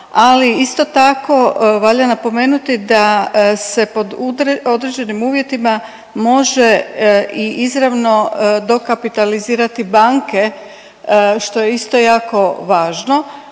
ali isto tako valja napomenuti da se pod određenim uvjetima može i izravno dokapitalizirati banke što je isto jako važno,